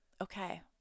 okay